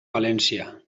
valència